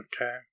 Okay